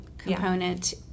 component